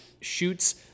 shoots